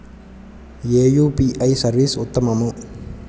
ఏ UPI service ఉత్తమము?